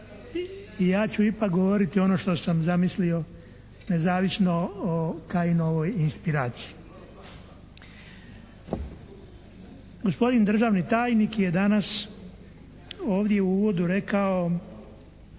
Ja ću ipak govoriti ono što sam zamislio nezavisno o Kajinovoj inspiraciji. Gospodin državni tajnik je danas ovdje u uvodu rekao